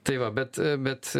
tai va bet bet